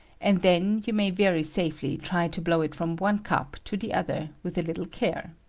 and then you may very safely try to blow it from one cup to the other with a little care.